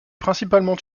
principalement